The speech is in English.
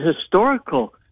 historical